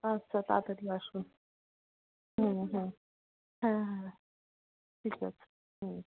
আচ্ছা তাড়াতাড়ি আসুন হুম হুম হ্যাঁ হ্যাঁ ঠিক আছে হুম